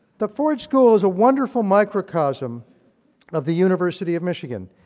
the ford school is a wonderful micro-chasm of the university of michigan.